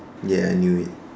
ya I knew it